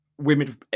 women